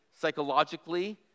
psychologically